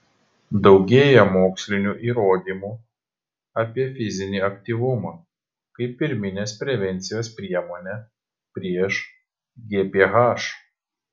daugėja mokslinių įrodymų apie fizinį aktyvumą kaip pirminės prevencijos priemonę prieš gph